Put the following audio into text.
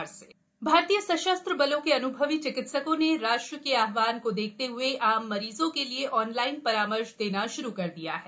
सशस्त्र बल संजीवनी भारतीय सशस्त्र बलों के अन्भवी चिकित्सकों ने राष्ट्र के आहवान को देखते हए आम मरीजों के लिए ऑनलाइन रामर्श देना श्रू कर दिया है